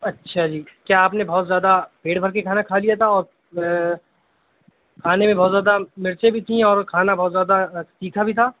اچھا جی کیا آپ نے بہت زیادہ پیٹ بھر کے کھانا کھا لیا تھا اور کھانے میں بہت زیادہ مرچیں بھی تھیں اور کھانا بہت زیادہ تیکھا بھی تھا